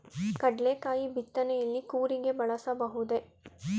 ಕಡ್ಲೆಕಾಯಿ ಬಿತ್ತನೆಯಲ್ಲಿ ಕೂರಿಗೆ ಬಳಸಬಹುದೇ?